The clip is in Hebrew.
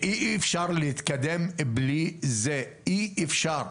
אי אפשר להתקדם בלי זה, אי אפשר.